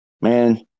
Man